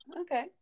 okay